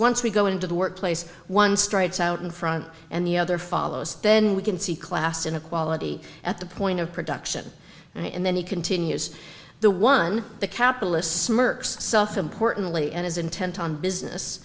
once we go into the work place one starts out in front and the other follows then we can see class inequality at the point of production and then he continues the one the capitalist smirks soften portly and is intent on business